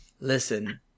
Listen